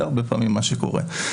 זה לפעמים מה שקורה.